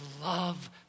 love